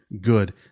good